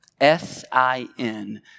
S-I-N